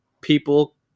people